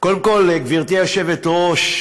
קודם כול, גברתי היושבת-ראש,